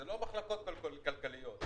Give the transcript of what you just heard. זה לא מחלוקות כלכליות.